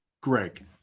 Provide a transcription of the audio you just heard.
Greg